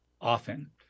often